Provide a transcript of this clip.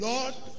Lord